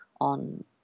on